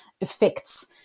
effects